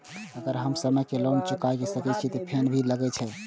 अगर हम समय से लोन ना चुकाए सकलिए ते फैन भी लगे छै?